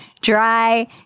dry